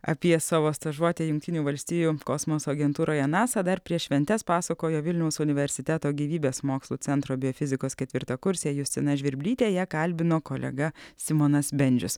apie savo stažuotę jungtinių valstijų kosmoso agentūroje nasa dar prieš šventes pasakojo vilniaus universiteto gyvybės mokslų centro biofizikos ketvirtakursė justina žvirblytė ją kalbino kolega simonas bendžius